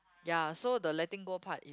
ya so the letting go part it